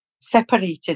separated